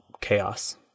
chaos